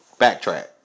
backtrack